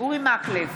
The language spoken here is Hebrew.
אורי מקלב,